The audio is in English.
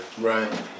Right